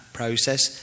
process